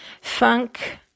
funk